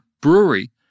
brewery